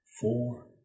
four